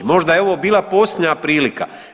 Možda je ovo bila posljednja prilika.